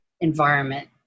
environment